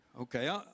Okay